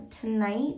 Tonight